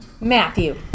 Matthew